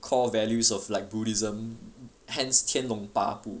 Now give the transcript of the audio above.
core values of like buddhism hence 天龙八部